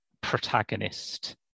protagonist